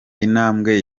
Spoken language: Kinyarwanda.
intambwe